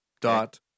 dot